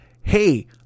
hey